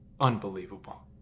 unbelievable